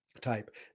type